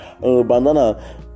Bandana